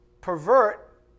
pervert